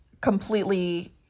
completely